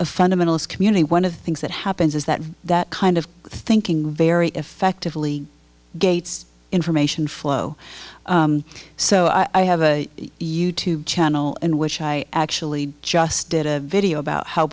a fundamentalist community one of the things that happens is that that kind of thinking very effectively gate's information flow so i have a youtube channel in which i actually just did a video about how